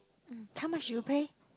um how much did you pay